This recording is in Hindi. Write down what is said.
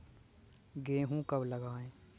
गेहूँ कब लगाएँ?